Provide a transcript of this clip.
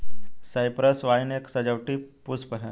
Cyprus vine एक सजावटी पुष्प है